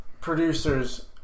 producers